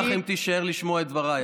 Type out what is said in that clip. שיהיה לכם ערב נעים.